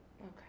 okay